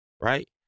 right